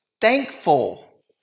thankful